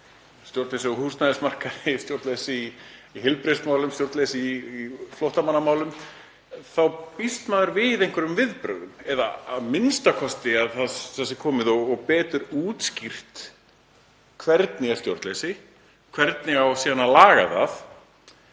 stjórnleysi á húsnæðismarkaði, stjórnleysi í heilbrigðismálum, stjórnleysi í flóttamannamálum, þá býst maður við einhverjum viðbrögðum eða a.m.k. að það sé komið og betur útskýrt hvernig stjórnleysið sé og hvernig eigi síðan að laga það,